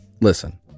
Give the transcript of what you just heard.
listen